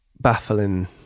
baffling